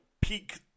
peak